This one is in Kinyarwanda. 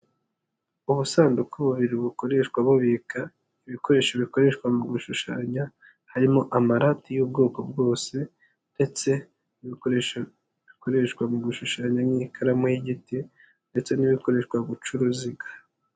Ubusanduku bubiri bukoreshwa bubika ibikoresho bikoreshwa mu gushushanya, harimo amarati y'ubwoko bwose ndetse n'ibikoresho bikoreshwa mu gushushanya nk'ikaramu y'igiti ndetse n'ibikoreshwa guca uruziga.